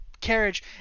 carriage